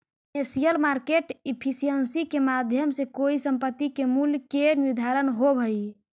financial market efficiency के माध्यम से कोई संपत्ति के मूल्य के निर्धारण होवऽ हइ